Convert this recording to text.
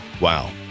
wow